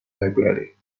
library